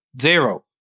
Zero